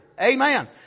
Amen